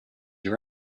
you